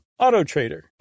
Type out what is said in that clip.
AutoTrader